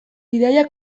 bidaia